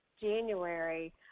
January